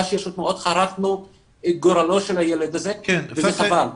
--- חרצנו את גורלו של הילד הזה וזה חבל.